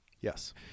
Yes